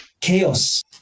chaos